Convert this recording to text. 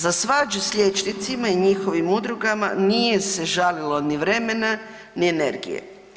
Za svađu s liječnicima i njihovim udrugama nije se žalilo ni vremena ni energije.